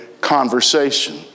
conversation